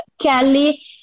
Kelly